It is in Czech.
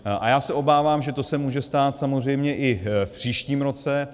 A já se obávám, že to se může stát samozřejmě i v příštím roce.